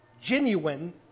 genuine